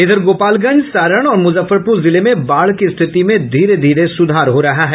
इधर गोपालगंज सारण और मुजफ्फरपुर जिले में बाढ़ की स्थिति में धीरे धीरे सुधार हो रहा है